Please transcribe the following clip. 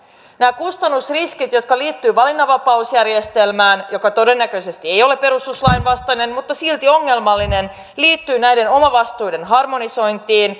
nämä kustannusriskit jotka liittyvät valinnanvapausjärjestelmään joka todennäköisesti ei ole perustuslain vastainen mutta silti ongelmallinen liittyvät näiden omavastuiden harmonisointiin